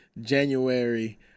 January